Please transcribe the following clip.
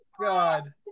God